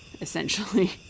essentially